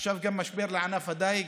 עכשיו גם משבר בענף הדיג?